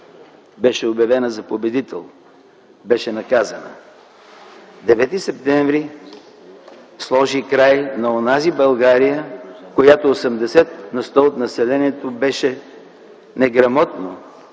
беше обявена за победител, беше наказана. Девети септември сложи край на онази България, в която 80 на сто от населението беше неграмотно,